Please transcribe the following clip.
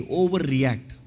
overreact